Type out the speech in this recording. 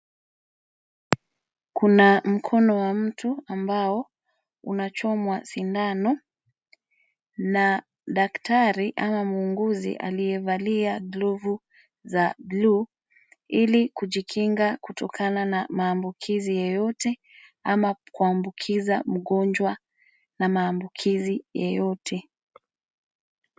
Kuna mkono wa mtu ambao unachomwa sindano, na daktari ama muuguzi aliyevalia glovu za bluu ili kujikinga kutokana na maambukizi yeyote ama kuambukiza mgonjwa na maambukizi yeyote.